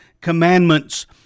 commandments